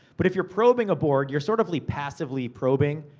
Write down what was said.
but if you're probing a board, you're sort of like passively probing,